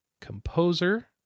composer